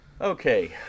okay